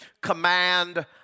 command